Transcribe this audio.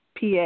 PA